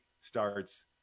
starts